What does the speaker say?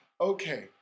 Okay